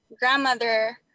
grandmother